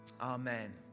Amen